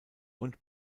und